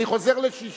אני חוזר ל-6